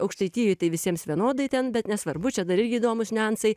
aukštaitijoj tai visiems vienodai ten bet nesvarbu čia dar irgi įdomūs niuansai